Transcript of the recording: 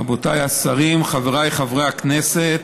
רבותיי השרים, חבריי חברי הכנסת,